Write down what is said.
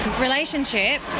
relationship